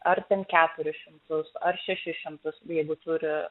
ar ten keturis šimtus ar šešis šimtus jeigu turi